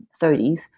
30s